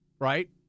right